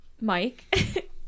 Mike